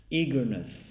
eagerness